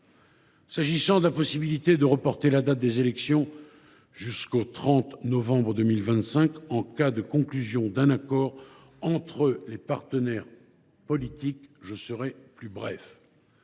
qui concerne la possibilité de reporter la date des élections jusqu’au 30 novembre 2025 en cas de conclusion d’un accord entre les partenaires politiques, je serai plus bref.